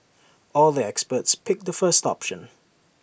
all the experts picked the first option